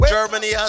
Germany